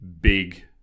big